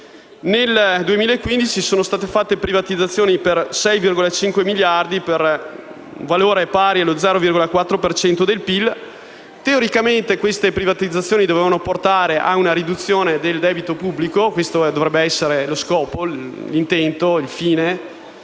Nel 2015 sono state fatte privatizzazioni per un valore di 6,5 miliardi di euro, pari allo 0,4 per cento del PIL. Teoricamente, queste privatizzazioni dovevano portare a una riduzione del debito pubblico, perché questo dovrebbe essere lo scopo, l'intento, il fine